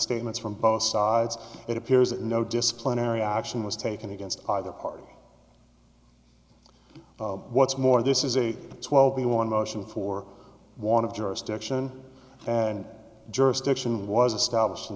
statements from both sides it appears that no disciplinary action was taken against either party what's more this is a twelve b one motion for want of jurisdiction and jurisdiction was established in